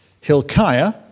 Hilkiah